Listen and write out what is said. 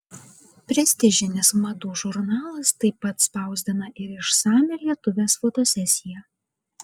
prestižinis madų žurnalas taip pat spausdina ir išsamią lietuvės fotosesiją